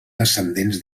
descendents